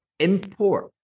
import